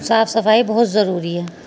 صاف صفائی بہت ضروری ہے